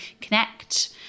connect